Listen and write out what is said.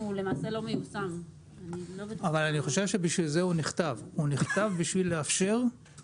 ואני חושבת שאנחנו לא שמנו מספיק דגש בכל